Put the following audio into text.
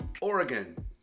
Oregon